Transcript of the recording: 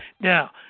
now